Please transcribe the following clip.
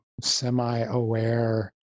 semi-aware